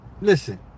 listen